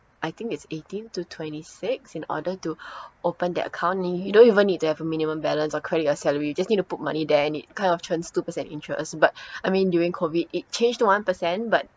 I think it's eighteen to twenty-six in order to open their account you don't even need to have a minimum balance or credit your salary you just need to put money there and it kind of churns two percent interest but I mean during COVID it changed to one percent but